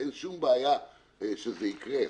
אין שום בעיה שזה יקרה.